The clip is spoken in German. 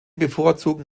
bevorzugen